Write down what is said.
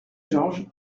georges